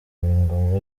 ingoma